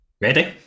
ready